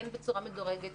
כן בצורה מדורגת,